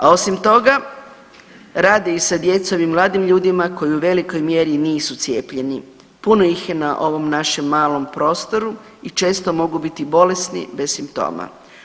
A osim toga rade i sa djecom i mladim ljudima koji u velikoj mjeri nisu cijepljeni, puno ih je na ovom našem malom prostoru i često mogu biti bolesni bez simptoma.